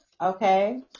okay